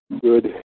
good